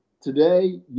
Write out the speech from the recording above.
Today